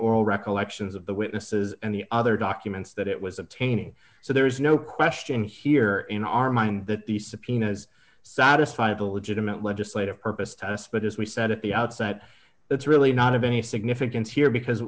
oral recollections of the witnesses and the other documents that it was obtaining so there is no question here in our mind that these subpoenas satisfy the legitimate legislative purpose to us but as we said at the outset that's really not of any significance here because